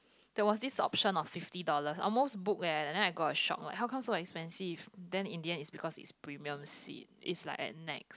that was this option of fifty dollars almost book leh and then I got a shock leh how comes so expensive then in the end is because is premium seat is like at next